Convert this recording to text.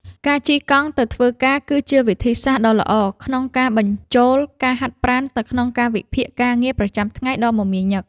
ការជិះកង់ទៅធ្វើការ គឺជាវិធីសាស្រ្តដ៏ល្អក្នុងការបញ្ចូលការហាត់ប្រាណទៅក្នុងកាលវិភាគការងារប្រចាំថ្ងៃដ៏មមាញឹក។